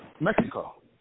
Mexico